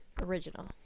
Original